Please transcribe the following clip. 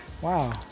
Wow